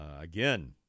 Again